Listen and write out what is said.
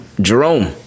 Jerome